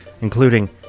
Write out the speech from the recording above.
including